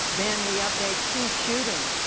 then we update two shootings.